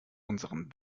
unserem